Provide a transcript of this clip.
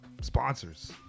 sponsors